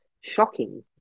shocking